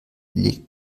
legt